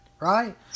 right